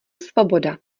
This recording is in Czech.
svoboda